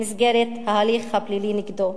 במסגרת ההליך הפלילי נגדו".